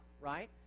right